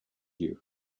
you